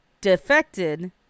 defected